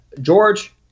George